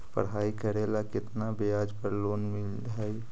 पढाई करेला केतना ब्याज पर लोन मिल हइ?